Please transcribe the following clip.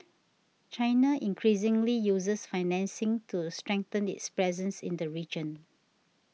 China increasingly uses financing to strengthen its presence in the region